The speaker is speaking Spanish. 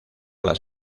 las